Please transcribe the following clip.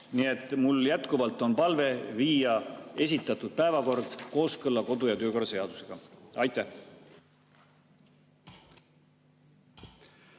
Nii et mul jätkuvalt on palve viia esitatud päevakord kooskõlla kodu- ja töökorra seadusega. Aitäh,